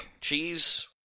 cheese